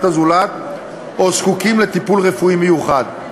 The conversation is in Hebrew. הזולת או זקוקים לטיפול רפואי מיוחד,